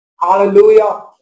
Hallelujah